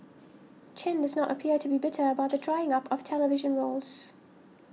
Chen does not appear to be bitter about the drying up of television roles